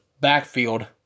backfield